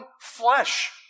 flesh